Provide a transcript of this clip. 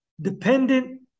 dependent